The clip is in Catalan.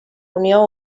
unió